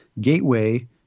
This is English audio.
Gateway